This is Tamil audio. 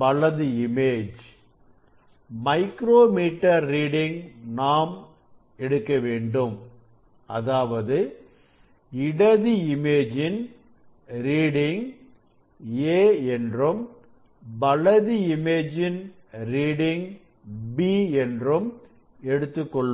வலது இமேஜ் மைக்ரோ மீட்டர் ரீடிங் நாம் எடுக்க வேண்டும் அதாவது இடது இமேஜின் ரீடிங் a என்றும் வலது இமேஜின் ரீடிங் b என்றும் எடுத்துக்கொள்வோம்